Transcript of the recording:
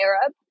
Arab